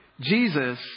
Jesus